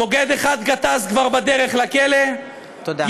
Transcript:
בוגד אחד, גטאס, כבר בדרך לכלא, תודה.